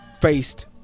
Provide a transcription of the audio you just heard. faced